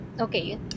okay